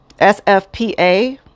sfpa